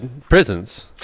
prisons